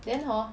then hor